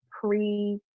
pre